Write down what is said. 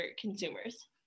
consumers